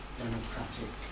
democratic